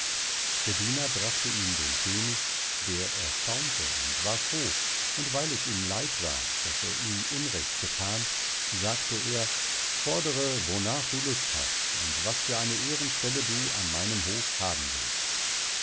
der diener brachte ihn dem könig der erstaunte und war froh und weil es ihm leid war daß er ihm unrecht gethan sagte er fordre wornach du lust hast und was für eine ehrenstelle du an meinem hof haben willst